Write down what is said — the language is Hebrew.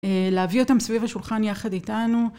להביא אותם סביב השולחן יחד איתנו.